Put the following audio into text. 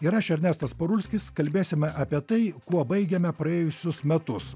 ir aš ernestas parulskis kalbėsime apie tai kuo baigėme praėjusius metus